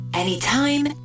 Anytime